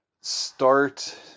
start